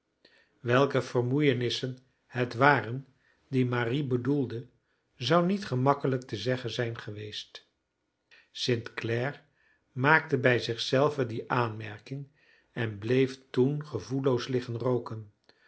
welke vermoeienissen het waren die marie bedoelde zou niet gemakkelijk te zeggen zijn geweest st clare maakte bij zich zelven die aanmerking en bleef toen gevoelloos liggen rooken